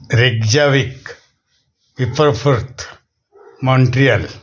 Reykjavik विफरफूर्त Montreal